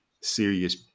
serious